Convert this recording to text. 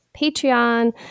Patreon